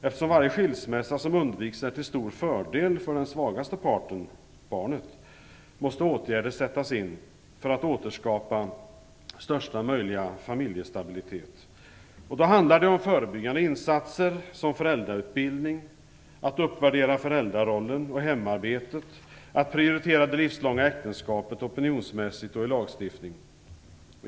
Eftersom varje skilsmässa som undviks är till stor fördel för den svagaste parten, barnet, måste åtgärder sättas in för att återskapa största möjliga familjestabilitet. Då handlar det om förebyggande insatser som föräldrautbildning. att uppvärdera föräldrarollen och hemarbetet, att prioritera det livslånga äktenskapet opinionsmässigt och i lagstiftning.